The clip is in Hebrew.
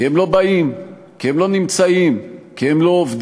כי הם לא באים, כי הם לא נמצאים, כי הם לא עובדים.